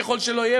ככל שיהיה,